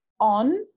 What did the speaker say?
on